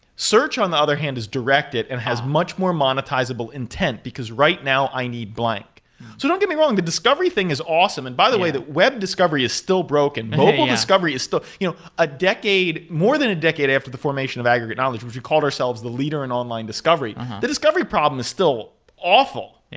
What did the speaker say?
search, on the other hand, is directed and has much more monetizable intent, because right now i need blank so don't get me wrong. the discovery thing is awesome. and by the way, the web discovery is still broken. mobile discovery is still you know ah more than a decade after the formation of aggregate knowledge, which we called ourselves the leader in online discovery. the discovery problem is still awful.